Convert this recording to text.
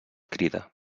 crida